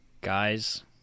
Guys